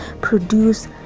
produce